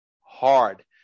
hard